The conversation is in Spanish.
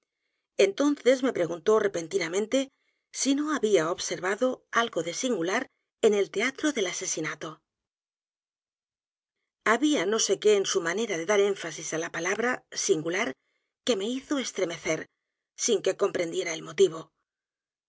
entonces me preguntó repentinamente si no había observado algo de singular en el teatro del asesinato había no sé qué en su manera de dar énfasis á la p a labra singular q u e m e hizo estremecer sin que comprendiera el motivo